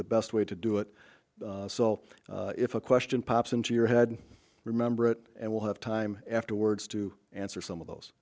the best way to do it so if a question pops into your head remember it and we'll have time afterwards to answer some of those